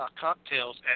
cocktails